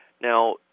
Now